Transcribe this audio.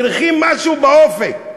מריחים משהו באופק,